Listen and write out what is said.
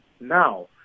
now